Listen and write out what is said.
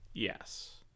Yes